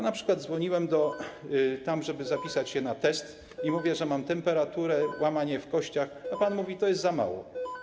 Na przykład ja dzwoniłem, żeby zapisać się na test, i mówię, że mam temperaturę, łamanie w kościach, a pan mówi, że to za mało.